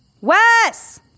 Wes